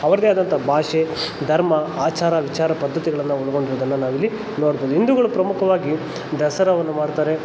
ಅವ್ರದೇ ಆದಂಥ ಭಾಷೆ ಧರ್ಮ ಆಚಾರ ವಿಚಾರ ಪದ್ದತಿಗಳನ್ನು ಒಳಗೊಂಡಿರೋದನ್ನು ನಾವಿಲ್ಲಿ ನೋಡ್ಬೋದು ಹಿಂದುಗಳು ಪ್ರಮುಖವಾಗಿ ದಸರಾವನ್ನು ಮಾಡ್ತಾರೆ